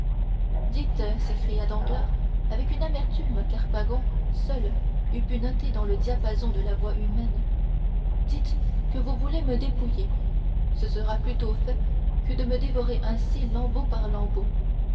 s'écria danglars avec une amertume qu'harpargon seul eût pu noter dans le diapason de la voix humaine dites que vous voulez me dépouiller ce sera plus tôt fait que de me dévorer ainsi lambeau